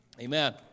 Amen